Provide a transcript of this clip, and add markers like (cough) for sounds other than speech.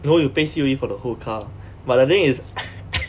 no you pay C_O_E for the whole car but the thing is (coughs)